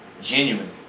Genuinely